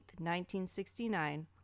1969